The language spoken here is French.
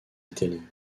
italie